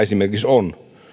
esimerkiksi suurpetokanta on